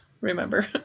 remember